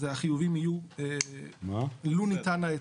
החיובים יהיו "לו ניתן ההיתר".